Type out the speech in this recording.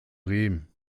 riemen